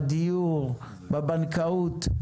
בדיור, בבנקאות.